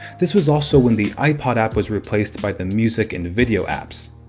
this was also when the ipod app was replaced by the music and video apps.